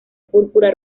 púrpura